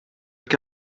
que